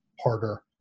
harder